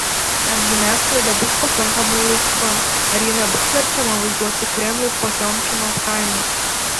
ar žiniasklaida bus pakankamai laisva ar ji nebus verčiama vaizduoti kremlių potiomkino kaimu